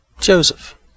Joseph